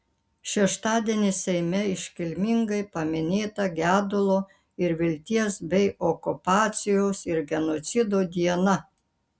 šeštadienį seime iškilmingai paminėta gedulo ir vilties bei okupacijos ir genocido diena